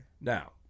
Now